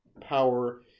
power